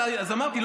אז אמרתי.